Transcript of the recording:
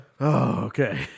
okay